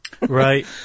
Right